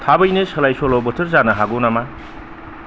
थाबैनो सोलाय सोल' बोथोर जानो हागौ नामा